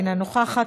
אינה נוכחת,